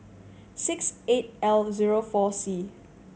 six eight L zero four C